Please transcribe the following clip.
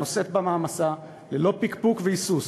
הנושאת במעמסה ללא פקפוק והיסוס,